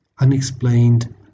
unexplained